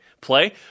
play